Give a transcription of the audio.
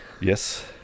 Yes